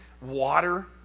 Water